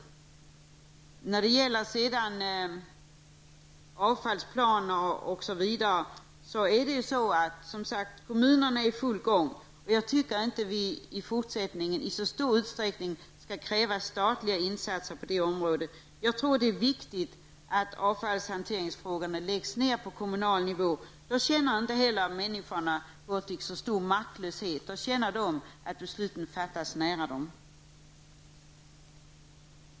Kommunerna är i full gång med att utarbeta avfallsplaner. Jag tycker inte att vi i fortsättningen skall kräva statliga insatser på det området i så stor utsträckning. Det är enligt min mening viktigt att avfallshanteringsfrågorna läggs mer på kommunal nivå. Det medför att människor inte längre känner så stor maktlöshet. I stället upplever de att besluten fattas nära dem.